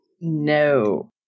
No